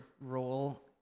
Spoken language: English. role